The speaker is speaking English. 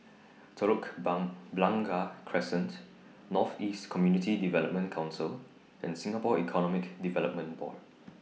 Telok Bun Blangah Crescent North East Community Development Council and Singapore Economic Development Board